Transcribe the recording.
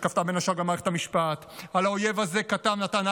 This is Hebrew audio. שכפתה בין השאר גם מערכת המשפט.